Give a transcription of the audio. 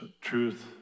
Truth